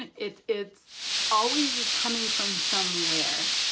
and it it always is coming from somewhere.